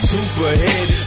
Superhead